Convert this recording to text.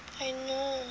I know